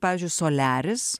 pavyzdžiui soliaris